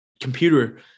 computer